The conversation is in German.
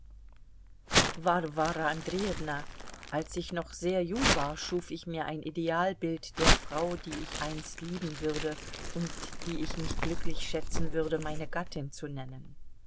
warwara andrejewna als ich noch sehr jung war schuf ich mir ein idealbild der frau die ich einst lieben würde und die ich mich glücklich schätzen würde meine gattin zu nennen